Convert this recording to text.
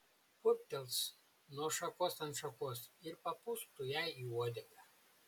purptels nuo šakos ant šakos ir papūsk tu jai į uodegą